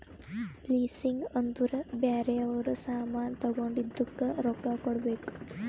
leasing ಅಂದುರ್ ಬ್ಯಾರೆ ಅವ್ರ ಸಾಮಾನ್ ತಗೊಂಡಿದ್ದುಕ್ ರೊಕ್ಕಾ ಕೊಡ್ಬೇಕ್